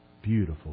beautiful